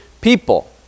people